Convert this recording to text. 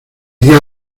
dió